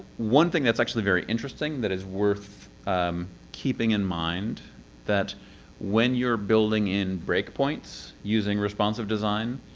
one thing that's actually very interesting, that is worth keeping in mind that when you're building in breakpoints, using responsive design,